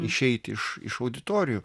išeiti iš iš auditorijų